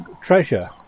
treasure